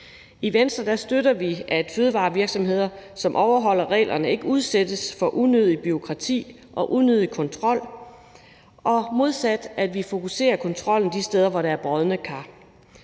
I Venstre støtter vi, at fødevarevirksomheder, som overholder reglerne, ikke udsættes for unødigt bureaukrati og unødig kontrol, og modsat, at vi fokuserer kontrollen de steder, hvor der er brodne kar.